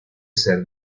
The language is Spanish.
ser